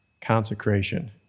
consecration